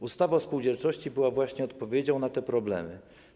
Ustawa o spółdzielczości była właśnie odpowiedzią na te problemy.